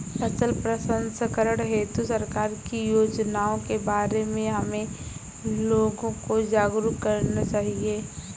फसल प्रसंस्करण हेतु सरकार की योजनाओं के बारे में हमें लोगों को जागरूक करना चाहिए